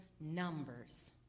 numbers